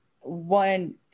one